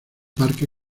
parque